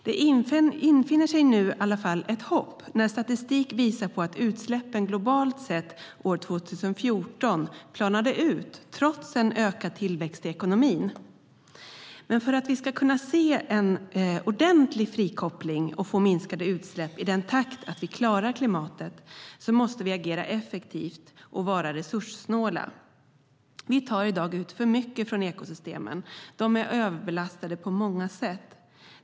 Det infinner sig i alla fall ett hopp när statistik nu visar att utsläppen globalt sett planade ut år 2014, trots en ökad tillväxt i ekonomin. Men för att vi ska kunna se en ordentlig frikoppling och få minskade utsläpp i den takt att vi klarar klimatet måste vi agera effektivt och vara resurssnåla. Vi tar i dag ut alltför mycket från ekosystemen, som är överbelastade på många sätt.